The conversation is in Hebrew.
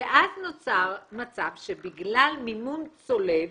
ואז נוצר מצב שבגלל מימון צולב,